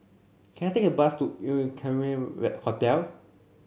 can I take a bus to Equarius Hotel